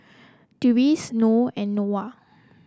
Deris Noh and Noah